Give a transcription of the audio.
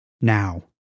Now